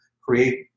create